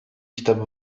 kitabı